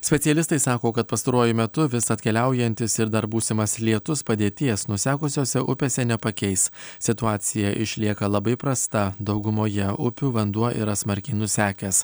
specialistai sako kad pastaruoju metu vis atkeliaujantis ir dar būsimas lietus padėties nusekusiose upėse nepakeis situacija išlieka labai prasta daugumoje upių vanduo yra smarkiai nusekęs